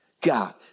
God